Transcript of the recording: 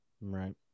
right